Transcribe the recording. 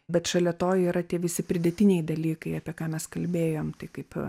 bet šalia to yra tie visi pridėtiniai dalykai apie ką mes kalbėjom tai kaip